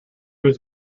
was